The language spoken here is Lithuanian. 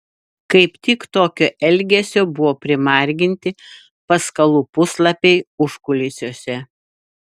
kaip tik tokio elgesio buvo primarginti paskalų puslapiai užkulisiuose